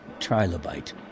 Trilobite